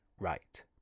right